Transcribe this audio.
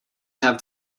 have